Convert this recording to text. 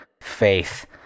Faith